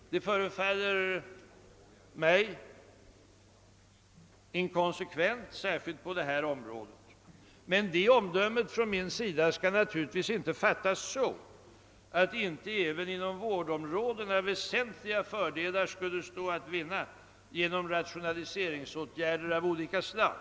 Det förefaller mig inkonsekvent, särskilt på detta område. Men detta omdöme från min sida skall naturligtvis inte fattas så att inte även inom vårdområdena väsentliga fördelar skulle stå att vinna genom rationaliseringsåtgärder av olika slag.